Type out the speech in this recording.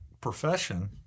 profession